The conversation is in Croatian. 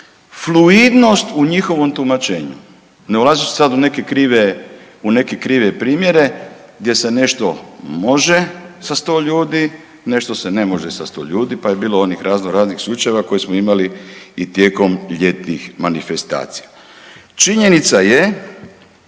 fluidnost u njihovom tumačenju ne ulazeći sada u neke krive primjere gdje se nešto može sa 100 ljudi, nešto se ne može 100 ljudi, pa je bilo onih raznoraznih slučajeva koje smo imali i tijekom ljetnih manifestacija. Činjenica je